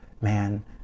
man